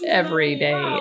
everyday